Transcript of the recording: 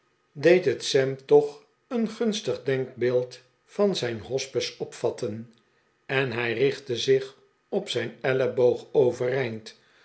deed het sam toch een gunstig denkbeeld van zijn hospes opvatten en hij richtte zich op zijn elleboog overeind